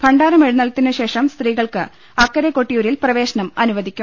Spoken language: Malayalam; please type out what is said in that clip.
ഭണ്ഡാരം എഴുന്നള്ളത്തിനുശേഷം സ്ത്രീകൾക്ക് അക്കരെ കൊട്ടി യൂരിൽ പ്രവേശനം അനുവദിക്കും